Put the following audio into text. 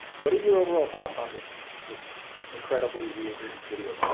what are your overall thoughts on this, this incredibly weird video yeah